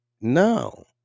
no